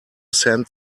send